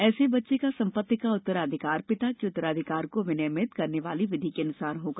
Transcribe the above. ऐसे बच्चे का संपत्ति का उत्तराधिकार पिता के उत्तराधिकार को विनियमित करने वाली विधि के अनुसार होगा